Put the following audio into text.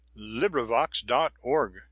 LibriVox.org